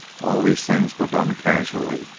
all these things were done casually,